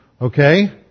Okay